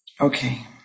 Okay